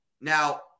Now